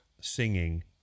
singing